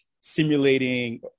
simulating